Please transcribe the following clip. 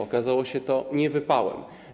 Okazało się to niewypałem.